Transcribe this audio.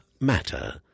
matter